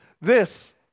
This